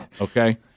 Okay